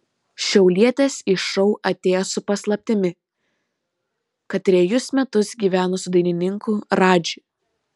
šiaulietis į šou atėjo su paslaptimi kad trejus metus gyveno su dainininku radži